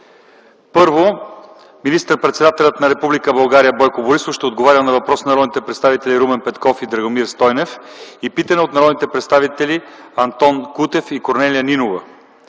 Първо, министър-председателят на Република България Бойко Борисов ще отговаря на въпрос на народните представители Румен Петков и Драгомир Стойнев и на питане от народните представители Антон Кутев и Корнелия Нинова.